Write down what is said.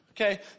Okay